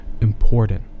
important